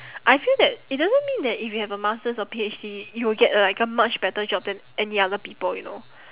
I feel that it doesn't mean that if you have a master's or P_H_D you will get a like a much better job than any other people you know